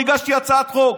אני הגשתי הצעת חוק,